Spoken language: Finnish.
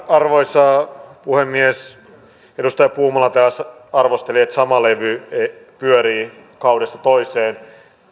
arvoisa puhemies edustaja puumala arvosteli että sama levy pyörii kaudesta toiseen